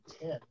ten